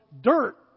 dirt